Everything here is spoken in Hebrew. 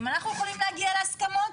אם אנחנו יכולים להגיע להסכמות,